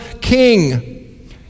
king